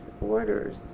orders